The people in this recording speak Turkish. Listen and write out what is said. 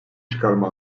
çıkarma